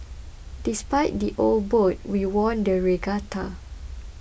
despite the old boat we won the regatta